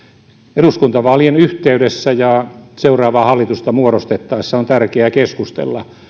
eduskuntavaalien yhteydessä ja seuraavaa hallitusta muodostettaessa on tärkeää keskustella